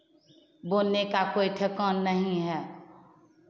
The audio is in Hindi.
बोलने का कोई ठेकान नहीं है